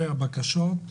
אלה הבקשות.